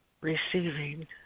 receiving